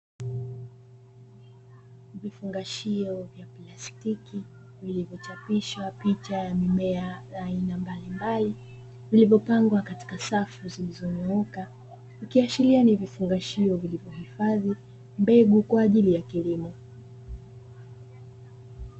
Vifungashio vya plastiki vilivyochapishwa picha ya mmea ya aina mbalimbali vilivyopangwa katika Safu zilizonyooka, ikiashiria ni vifungashio vilivyohifadhi mbegu kwa ajili ya kilimo.